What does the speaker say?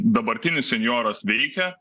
dabartinis senjoras veikia